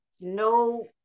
no